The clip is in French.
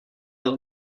dans